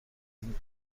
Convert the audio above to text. این